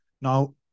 now